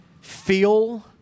feel